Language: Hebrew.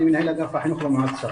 אני מנהל אגף החינוך במועצה.